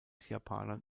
japanern